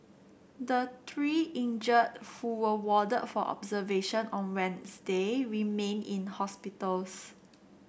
the three injured who were warded for observation on Wednesday remain in hospitals